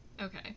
okay